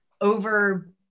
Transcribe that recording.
over